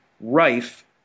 rife